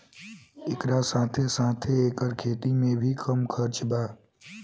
एकरा साथे साथे एकर खेती में भी कम खर्चा बा